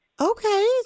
Okay